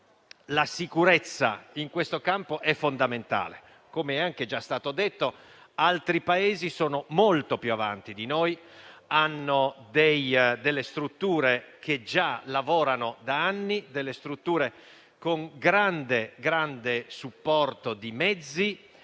La sicurezza in questo campo è dunque fondamentale, come è già stato detto. Altri Paesi sono molto più avanti di noi, hanno delle strutture che già lavorano da anni, con grande grande supporto di mezzi